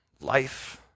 life